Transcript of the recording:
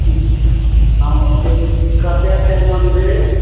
कतय छै मन्दिर